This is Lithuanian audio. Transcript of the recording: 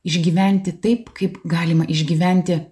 išgyventi taip kaip galima išgyventi